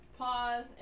pause